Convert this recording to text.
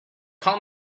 call